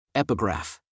Epigraph